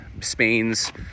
Spain's